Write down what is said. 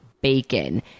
bacon